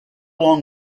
long